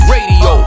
Radio